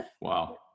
Wow